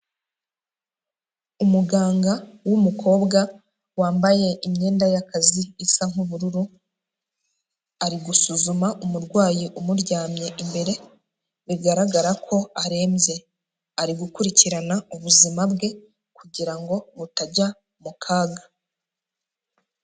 Umuganga w'umukobwa wambaye imyenda y'akazi isa nk'ubururu, ari gusuzuma umurwayi umuryamye imbere bigaragara ko arembye, ari gukurikirana ubuzima bwe kugira ngo butajya mu kaga.